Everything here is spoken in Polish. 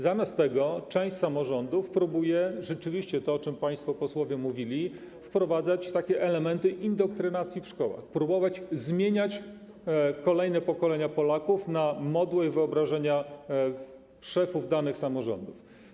Zamiast tego część samorządów próbuje rzeczywiście, o czym państwo posłowie mówili, wprowadzać elementy indoktrynacji w szkołach, próbować zmieniać kolejne pokolenia Polaków na modłę i wyobrażenia szefów danych samorządów.